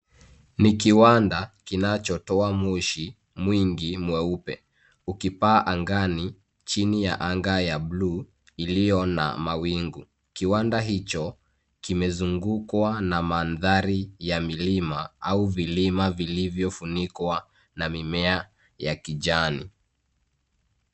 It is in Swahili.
Ni kiwanda kinachotoa moshi mwingi mweupe ukipaa angani chini ya anga ya bluu iliyo na mawingu. Kiwanda hicho kimezungukwa na mandhari ya milima au vilima vilivyofunikwa na mimea ya kijani.